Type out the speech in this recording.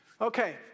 Okay